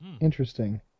Interesting